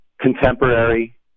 contemporary